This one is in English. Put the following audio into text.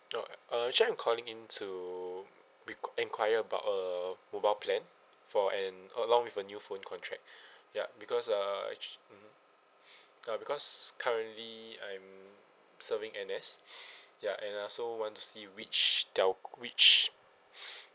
oh uh actually I'm calling in to bec~ enquiry about a mobile plan for an along with a new phone contract ya because uh act~ mm uh because currently I'm serving N_S ya and I also want to see which telc~ which